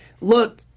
look